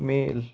mail